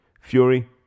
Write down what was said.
Fury